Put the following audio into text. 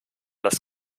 das